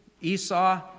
Esau